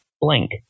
blank